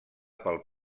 pel